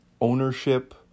ownership